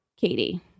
Katie